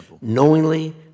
knowingly